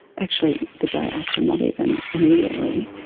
actually the day after not even immediately,